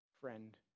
friend